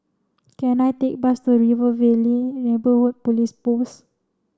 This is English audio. can I take a bus to River Valley Neighbourhood Police Post